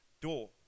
door